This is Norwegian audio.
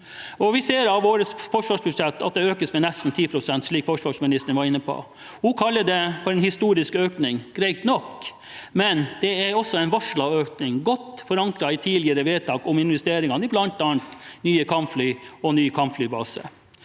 Vi ser at årets forsvarsbudsjett økes med nesten 10 pst., slik forsvarsministeren var inne på. Hun kaller det en historisk økning. Greit nok, men det er også en varslet økning, godt forankret i tidligere vedtak om investeringene i bl.a. nye kampfly og ny kampflybase.